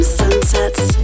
sunsets